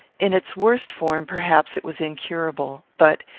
in its worst form perhaps it was incurable but,